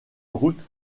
route